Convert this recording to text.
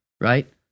Right